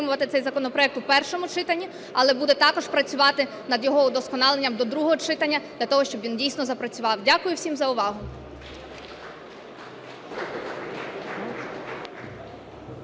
Дякую всім за увагу.